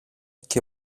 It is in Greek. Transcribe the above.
και